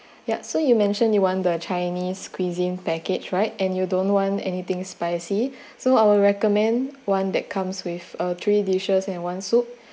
yup so you mentioned you want the chinese cuisine package right and you don't want anything spicy so I will recommend one that comes with uh three dishes and one soup